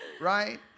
right